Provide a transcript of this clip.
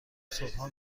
صبحها